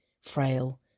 frail